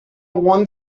one